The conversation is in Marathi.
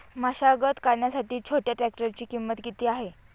मशागत करण्यासाठी छोट्या ट्रॅक्टरची किंमत किती आहे?